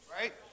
Right